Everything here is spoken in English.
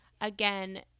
Again